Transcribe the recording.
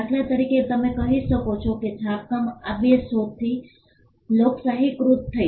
દાખલા તરીકે તમે કહી શકો છો કે છાપકામ આ બે શોધથી લોકશાહીકૃત થઈ